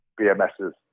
BMS's